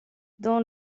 dans